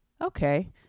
okay